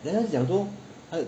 then 他讲说